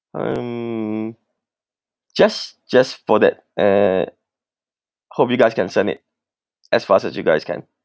um just just for that and hope you guys can send it as fast as you guys can